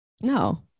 no